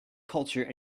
culture